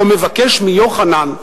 או מבקש מיוחנן,